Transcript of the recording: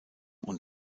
und